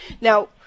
Now